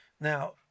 now